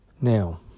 Now